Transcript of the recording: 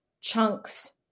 chunks